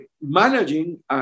managing